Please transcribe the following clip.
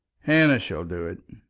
hannah shall do it.